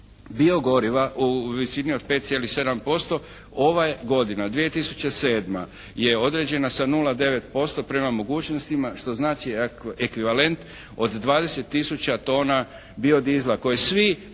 biogoriva u visini od 5,7%. Ova je godina, 2007., je određena sa 0,9% prema mogućnostima što znači ekvivalent od 20 tisuća tona biodizela koji svi